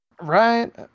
Right